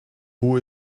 who